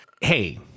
Hey